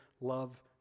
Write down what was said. love